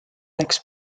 läks